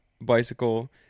bicycle